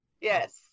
yes